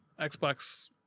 Xbox